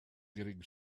getting